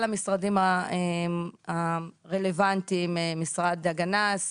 המשרדים הרלוונטיים - המשרד להגנת הסביבה,